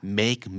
make